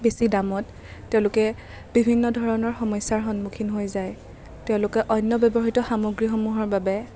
বেছি দামত তেওঁলোকে বিভিন্ন ধৰণৰ সমস্য়াৰ সন্মুখীন হৈ যায় তেওঁলোকে অন্য় ব্য়ৱহৃত সামগ্ৰীসমূহৰ বাবে